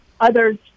others